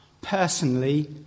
personally